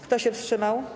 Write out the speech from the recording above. Kto się wstrzymał?